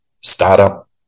startup